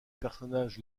personnages